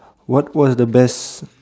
what what's the best